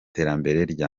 ryanjye